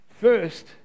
first